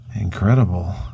incredible